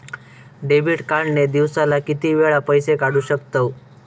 Debit card ने दिवसाला किती वेळा पैसे काढू शकतव?